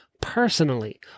personally